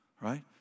Right